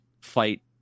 fight